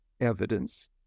evidence